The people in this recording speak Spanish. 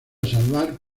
salvar